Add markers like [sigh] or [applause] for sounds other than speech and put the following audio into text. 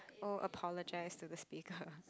oh apologize to the speakers [laughs]